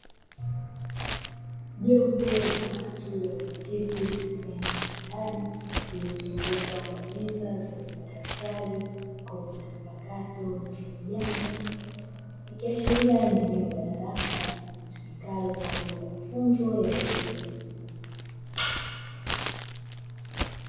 Jopo la watu walio keti katika eneo la ndani, lililo zungukwa na meza zenye madaftari, kompyuta mpakato na simu janja ikiashiria ni eneo la darasa, litumikalo kwaajili ya mafunzo ya elimu ya juu.